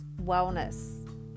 wellness